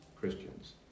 Christians